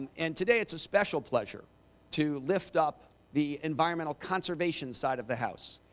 and today it's a special pleasure to lift up the environmental conservation side of the house.